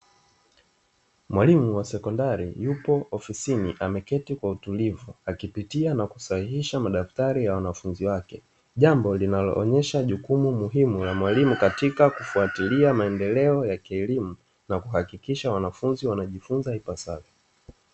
Mwalimu wa sekondari yupo ofisini ameketi kwa utulivu akipitia na kusahihisha madaftari ya wanafunzi wake, jambo linaloonyesha jukumu la mwalimu katika kufuatilia maendeleo ya kielimu na kuhakikisha wanafunzi wanajifunza ipasavyo.